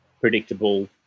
predictable